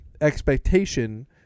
expectation